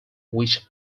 which